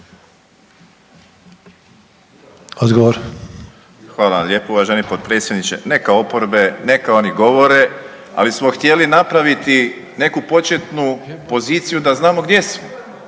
(HDZ)** Hvala vam lijepo uvaženi potpredsjedniče. Neka oporbe, neka oni govore ali smo htjeli napraviti neku početnu poziciju da znamo gdje smo.